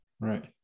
Right